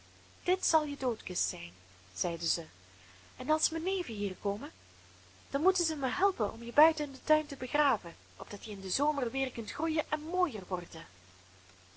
dit zal je doodkist zijn zeide zij en als mijn neven hier komen dan moeten zij mij helpen om je buiten in den tuin te begraven opdat je in den zomer weer kunt groeien en mooier worden